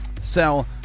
sell